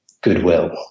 goodwill